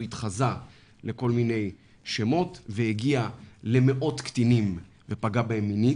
הוא התחזה לכל מיני שמות והגיע למאות קטינים ופגע בהם מינית,